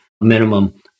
minimum